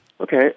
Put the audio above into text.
Okay